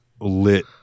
lit